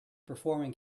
performing